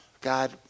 God